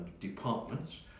departments